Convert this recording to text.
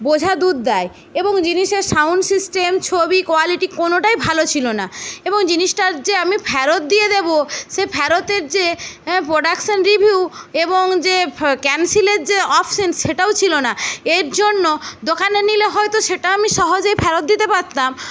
বোঝা দূর দায় এবং জিনিসের সাউন্ড সিস্টেম ছবি কোয়ালিটি কোনটাই ভালো ছিল না এবং জিনিসটার যে আমি ফেরত দিয়ে দেব সে ফেরতের যে প্রোডাকশান রিভিউ এবং যে ক্যানসেলের যে অপশান সেটাও ছিল না এর জন্য দোকানে নিলে হয়তো সেটা আমি সহজেই ফেরত দিতে পারতাম